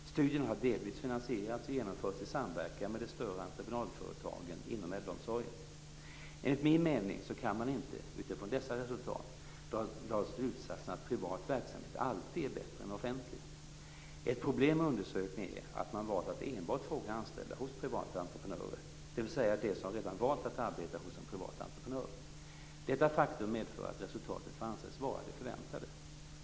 Studien har delvis finansierats och genomförts i samverkan med de större entreprenadföretagen inom äldreomsorgen. Enligt min mening så kan man inte, utifrån dessa resultat, dra slutsatsen att privat verksamhet alltid är bättre än offentlig. Ett problem med undersökningen är att man valt att enbart fråga anställda hos privata entreprenörer, dvs. de som redan valt att arbeta hos en privat entreprenör. Detta faktum medför att resultatet får anses vara det förväntade.